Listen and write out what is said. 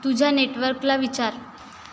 तुझ्या नेटवर्कला विचार